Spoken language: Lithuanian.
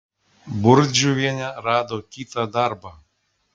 burzdžiuvienė rado kitą darbą